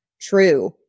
true